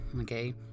Okay